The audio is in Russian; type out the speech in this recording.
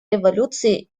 эволюции